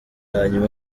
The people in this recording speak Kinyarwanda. hanyuma